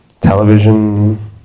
Television